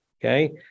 okay